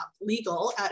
legal